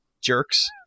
jerks